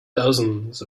dozens